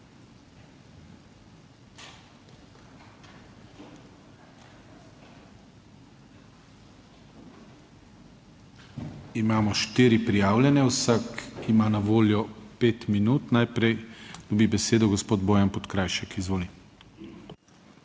Imamo štiri prijavljene, vsak ima na voljo 5 minut. Najprej dobi besedo gospod Bojan Podkrajšek, izvoli.